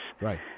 Right